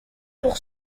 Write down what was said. pour